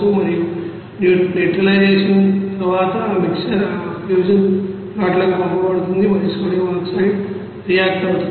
మరియు నెఉట్రలైజషన్ తర్వాత ఆ మిక్సర్ ఆ ఫ్యూజన్ పాట్లకు పంపబడుతుంది మరియు సోడియం ఆక్సైడ్ రియాక్ట్ అవుతుంది